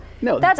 No